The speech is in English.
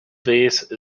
vase